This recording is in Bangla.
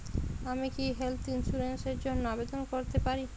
আমি কি হেল্থ ইন্সুরেন্স র জন্য আবেদন করতে পারি?